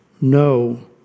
no